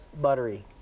buttery